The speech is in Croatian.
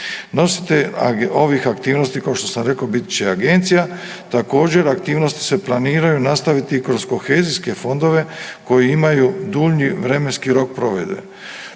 Nositelj ovih aktivnosti kao što sam rekao bit će agencija. Također aktivnosti se planiraju nastaviti kroz kohezijske fondove koji imaju dulji vremenski rok provedbe.